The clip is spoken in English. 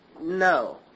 No